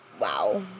Wow